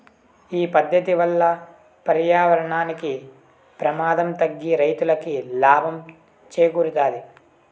ఈ పద్దతి వల్ల పర్యావరణానికి ప్రమాదం తగ్గి రైతులకి లాభం చేకూరుతాది